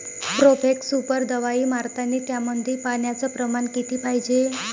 Profex super दवाई मारतानी त्यामंदी पान्याचं प्रमाण किती पायजे?